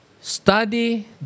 study